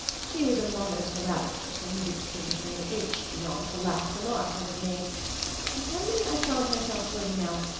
she was a monosyllabic person, who didn't seem to see an inch beyond the last remark one had made but suddenly i found myself blurting out,